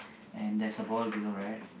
and there's a ball below right